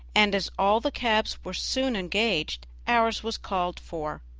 and as all the cabs were soon engaged ours was called for.